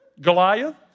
Goliath